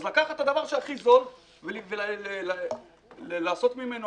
אז לקחת את הדבר שהכי זול ולעשות ממנו